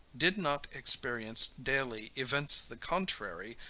did not experience daily evince the contrary,